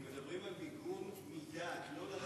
אנחנו מדברים על מיגון מדעת, לא לדעת.